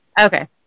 Okay